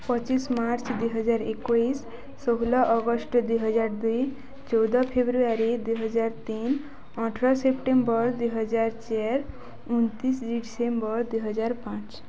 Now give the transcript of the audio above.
ପଚିଶ ମାର୍ଚ୍ଚ ଦୁଇ ହଜାର ଏକୋଇଶି ଷୋହଲ ଅଗଷ୍ଟ ଦୁଇ ହଜାର ଦୁଇ ଚଉଦ ଫେବୃଆରୀ ଦୁଇ ହଜାର ତିନି ଅଠର ସେପ୍ଟେମ୍ବର ଦୁଇ ହଜାର ଚାରି ଉନତିଶ ଡ଼ିସେମ୍ବର ଦୁଇ ହଜାର ପାଞ୍ଚ